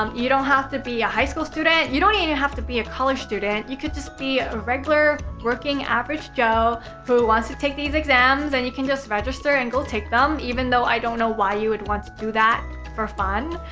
um you don't have to be a high school student. you don't even have to be a college student. you could just be a regular, working average joe who wants to take these exams. and, you can just register and go take them even though i don't know why you would want to do that for fun?